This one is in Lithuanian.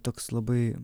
toks labai